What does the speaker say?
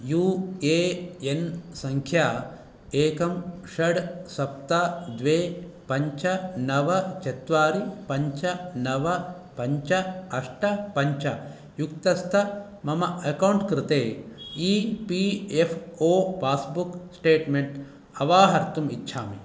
you A N सङ्ख्या एकं षट् सप्त द्वे पञ्च नव चत्वारि पञ्च नव पञ्च अष्ट पञ्च युक्तस्त मम अकौण्ट् इत्यस्य कृते E P F O passbook statement अवाहर्तुम् इच्छामि